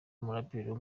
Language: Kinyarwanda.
umuraperikazi